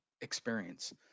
experience